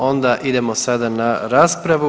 Onda idemo sada na raspravu.